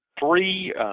Three